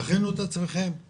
תכינו את עצמכם,